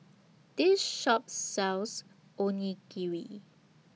This Shop sells Onigiri